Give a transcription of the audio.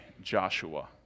Joshua